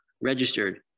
registered